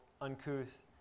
uncouth